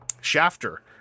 shafter